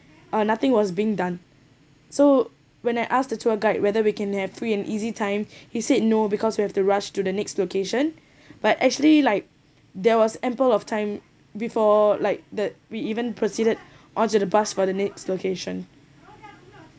uh nothing was being done so when I asked the tour guide whether we can have free and easy time he said no because you have to rush to the next location but actually like there was ample of time before like the we even proceeded onto the bus for the next location